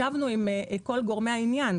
ישבנו עם כל גורמי העניין,